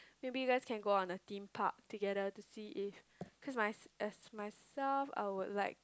maybe you guys can go on a Theme Park together to see if cause my as myself I would like